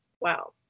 wow